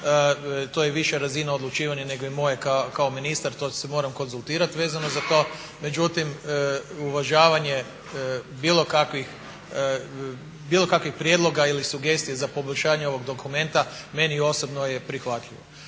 to je viša razina odlučivanja nego je moja kao ministar to se moram konzultirati vezano za to. Međutim uvažavanje bilo kakvih prijedloga ili sugestija za poboljšanje ovog dokumenta meni osobno je prihvatljivo.